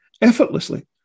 effortlessly